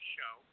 Show